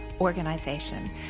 organization